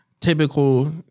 typical